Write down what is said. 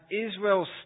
Israel